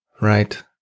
right